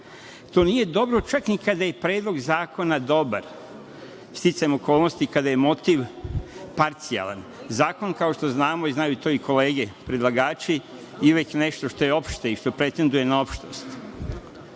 To nije dobro, čak ni kada je predlog zakona dobar, sticajem okolnosti, kada je motiv parcijalan. Zakon, kao što znamo, znaju to i kolege predlagači, je već nešto što je opšte, što pretenduje na opštost.U